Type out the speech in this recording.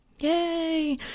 Yay